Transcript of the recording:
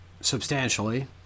substantially